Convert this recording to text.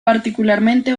particularmente